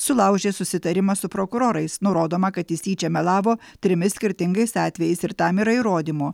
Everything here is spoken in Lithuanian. sulaužė susitarimą su prokurorais nurodoma kad jis tyčia melavo trimis skirtingais atvejais ir tam yra įrodymų